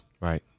Right